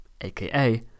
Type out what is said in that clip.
aka